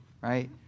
right